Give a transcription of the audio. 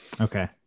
Okay